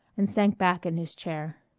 and sank back in his chair.